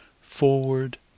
forward